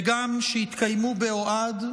וגם שיתקיימו באוהד,